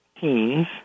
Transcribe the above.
teens